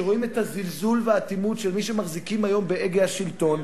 שרואים את הזלזול והאטימות של מי שמחזיקים היום בהגה השלטון,